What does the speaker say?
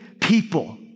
people